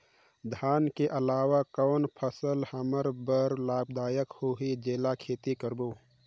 धान के अलावा कौन फसल हमर बर लाभदायक होही जेला खेती करबो?